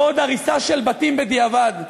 לא עוד הריסה של בתים בדיעבד.